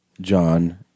John